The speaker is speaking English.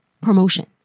promotion